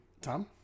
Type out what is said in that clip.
Tom